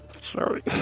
Sorry